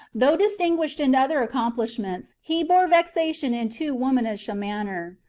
though dis tinguished in other accomplishments, he bore vexation in too womanish a manner.